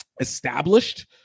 established